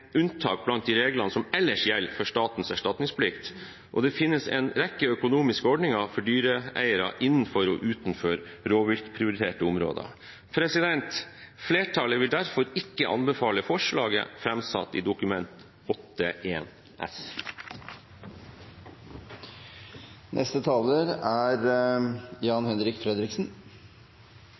unntak blant de regler som ellers gjelder for statens erstatningsplikt, og at det finnes en rekke økonomiske ordninger for dyreeiere innenfor og utenfor rovviltprioriterte områder. Flertallet vil derfor ikke anbefale forslaget framsatt i Dokument 8:1 S. Jeg må tilstå at da dette forslaget kom på bordet, tenkte jeg at dette er